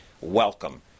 Welcome